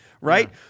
right